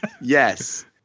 Yes